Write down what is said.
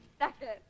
second